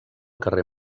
carrer